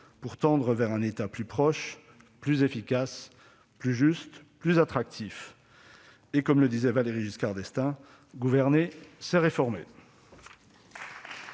pour tendre vers un État plus proche, plus efficace, plus juste et plus attractif. Comme le disait Valéry Giscard d'Estaing :« Gouverner, c'est réformer.